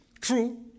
True